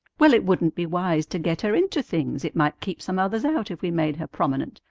well, it wouldn't be wise to get her into things. it might keep some others out if we made her prominent,